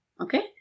okay